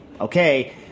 okay